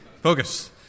focus